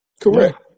Correct